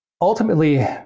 ultimately